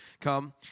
come